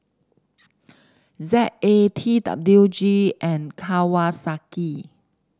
Z A T W G and Kawasaki